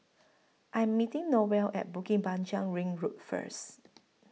I Am meeting Noel At Bukit Panjang Ring Road First